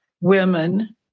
women